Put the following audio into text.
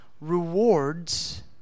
rewards